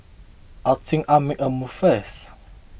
I think I'll make a move first